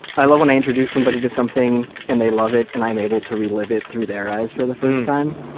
i love when i introduce somebody to something and they love it and i'm able to relive it through their eyes for the first time.